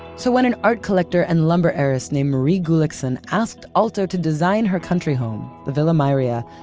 so when an art collector and lumber heiress named marie gulliksen asked aalto to design her country home, the villa mairea, yeah